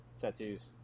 tattoos